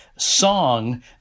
song